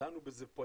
דנו בזה פה,